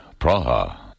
Praha